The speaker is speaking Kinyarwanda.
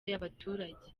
y’abaturage